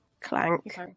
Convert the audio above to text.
Clank